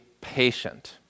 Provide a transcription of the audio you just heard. patient